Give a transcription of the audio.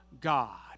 God